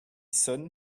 sonne